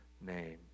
name